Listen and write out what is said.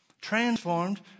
transformed